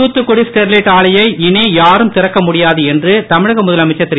Thoothukudi Sterlite ஆலையை இனி யாரும் திறக்க முடியாது என்று தமிழக முதலமைச்சர் திரு